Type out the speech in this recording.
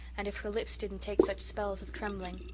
and if her lips didn't take such spells of trembling.